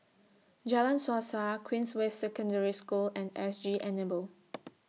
Jalan Suasa Queensway Secondary School and S G Enable